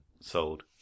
Sold